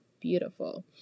beautiful